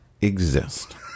exist